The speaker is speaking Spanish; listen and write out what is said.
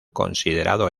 considerado